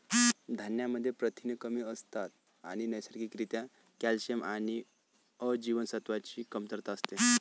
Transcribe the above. धान्यांमध्ये प्रथिने कमी असतात आणि नैसर्गिक रित्या कॅल्शियम आणि अ जीवनसत्वाची कमतरता असते